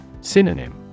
Synonym